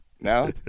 No